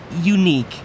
unique